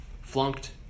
flunked